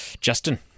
Justin